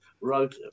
wrote